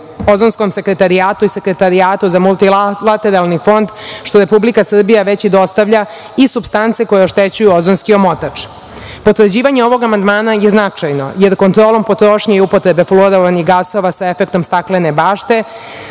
Ozonskom sekretarijatu i Sekretarijatu za multilateralni fond, što Republika Srbija već i dostavlja, i supstance koje oštećuju ozonski omotač. Potvrđivanje ovog amandmana je značajno, jer kontrolom potrošnje i upotrebe fluorovanih gasova sa efektom staklene bašte,